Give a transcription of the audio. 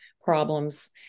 problems